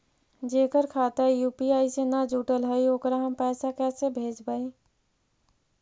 जेकर खाता यु.पी.आई से न जुटल हइ ओकरा हम पैसा कैसे भेजबइ?